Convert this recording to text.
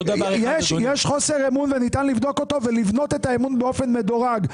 יש חוסר אמון וניתן לבדוק אותו ולבנות את האמון באופן מדורג.